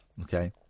okay